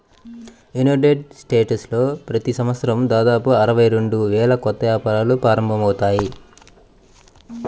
United స్టేట్స్లో ప్రతి సంవత్సరం దాదాపు అరవై రెండు వేల కొత్త వ్యాపారాలు ప్రారంభమవుతాయి